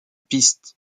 piste